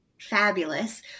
fabulous